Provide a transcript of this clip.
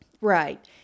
Right